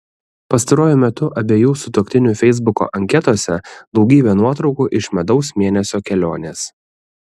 pastaruoju metu abiejų sutuoktinių feisbuko anketose daugybė nuotraukų iš medaus mėnesio kelionės